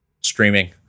streaming